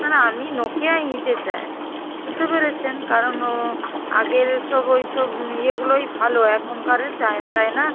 না না আমি নোকিয়াই নিতে চাই বুঝতে পেরেছেন কারণ ও আগের সব ওই সব ইয়েগুলোই ভালো এখনকার চায়না টায়না